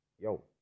yo